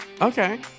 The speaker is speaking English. Okay